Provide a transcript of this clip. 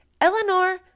eleanor